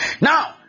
Now